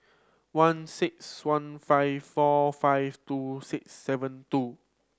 one six one five four five two six seven two